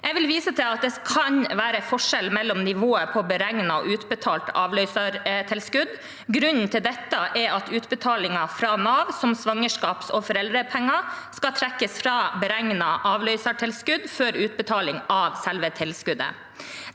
Jeg vil vise til at det kan være forskjell mellom nivået på beregnet og utbetalt avløsertilskudd. Grunnen til det er at utbetalingen fra Nav, som svangerskaps- og foreldrepenger, skal trekkes fra beregnet avløsertilskudd før utbetaling av selve tilskuddet.